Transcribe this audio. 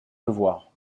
devoir